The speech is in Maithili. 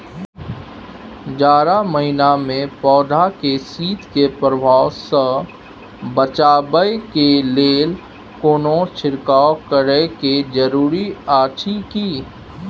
जारा महिना मे पौधा के शीत के प्रभाव सॅ बचाबय के लेल कोनो छिरकाव करय के जरूरी अछि की?